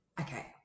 okay